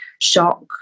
shock